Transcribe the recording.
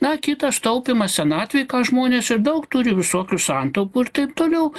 na kitas taupymas senatvei ką žmonės ir daug turi visokių santaupų ir taip toliau